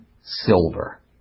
silver